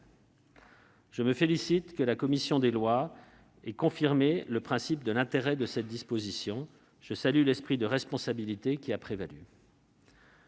Je me félicite que la commission des lois ait confirmé le principe de l'intérêt d'une telle disposition. Je salue l'esprit de responsabilité qui a prévalu.